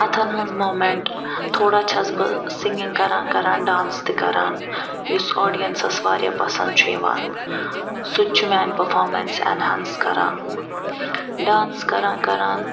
اَتھَن ہٕنٛز موٗمٮ۪نٛٹ تھوڑا چھَس بہٕ سِنٛگِنٛگ کران کران ڈانٕس تہِ کَران یُس آڈیَنسَس واریاہ پَسَنٛد چھُ یِوان سُہ تہِ چھُ میٛانہِ پٔرفامنس ایٚنہانس کران ڈانٕس کران کران